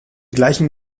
gleichen